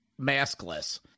maskless